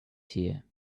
here